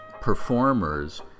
performers